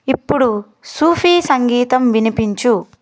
ఇప్పుడు సూఫీ సంగీతం వినిపించు